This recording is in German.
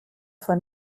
von